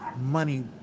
money